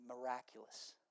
miraculous